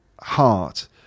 heart